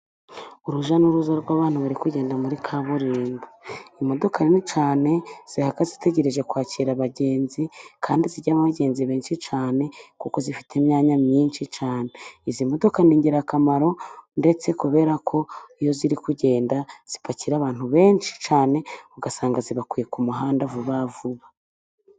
Urujya n'uruza rw'abantu bari kugenda muri kaburimbo, imodoka nini cyane zihagaze zitegereje kwakira abagenzi kandi zijyamo abagenzi benshi cyane, kuko zifite imyanya myinshi cyane. Izi modoka ni ingirakamaro ndetse kubera ko iyo ziri kugenda zipakira abantu benshi cyane, ugasanga zibakuye ku muhanda vuba vuba.